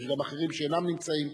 ויש גם אחרים שאינם נמצאים,